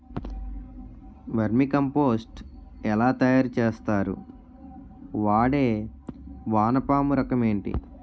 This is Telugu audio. వెర్మి కంపోస్ట్ ఎలా తయారు చేస్తారు? వాడే వానపము రకం ఏంటి?